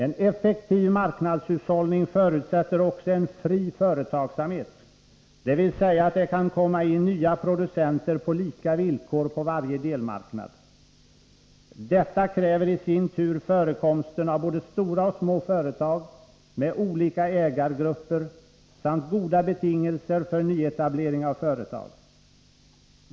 En effektiv marknadshushållning förutsätter också en fri företagsamhet, dvs. att det kan komma in nya producenter på lika villkor på varje delmarknad. Detta kräver i sin tur förekomsten av både stora och små företag med olika ägargrupper samt goda betingelser för nyetablering av företag.